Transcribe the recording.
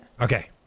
Okay